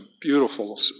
beautiful